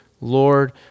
Lord